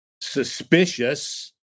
suspicious